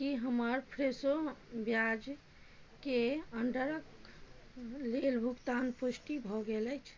कि हमर फ्रेशो ब्याजके अण्डरके लेल भुगतान पुष्टि भऽ गेल अछि